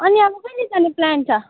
अनि अब कहिले जाने प्लान छ